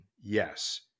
yes